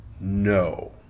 no